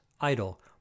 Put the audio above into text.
idle